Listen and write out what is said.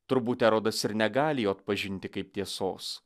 turbūt erodas ir negali jo atpažinti kaip tiesos